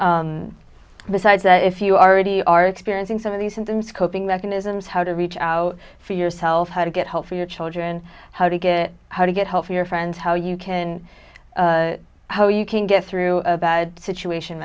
the side that if you already are experiencing some of these symptoms coping mechanisms how to reach out for yourself how to get help for your children how to get how to get help for your friends how you can how you can get through a bad situation